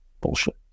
bullshit